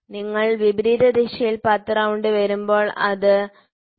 നിങ്ങൾ വിപരീത ദിശയിൽ 10 റൌണ്ട് വരുമ്പോൾ ഇത് 9